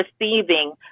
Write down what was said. receiving